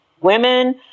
women